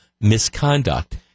misconduct –